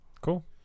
Cool